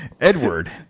Edward